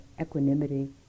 equanimity